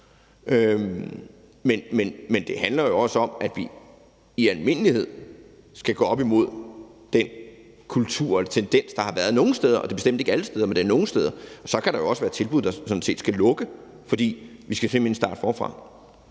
Men det handler jo også om, at vi i almindelighed skal gå op imod den kultur eller tendens, der har været nogle steder – og det er bestemt ikke alle steder, men det er nogle steder. Så kan der jo også være tilbud, der sådan set skal lukke, fordi vi simpelt hen skal starte forfra.